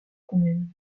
roumaine